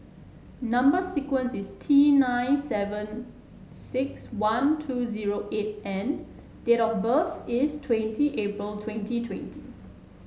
number sequence is T nine seven six one two zero eight N date of birth is twenty April twenty twenty